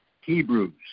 Hebrews